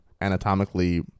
anatomically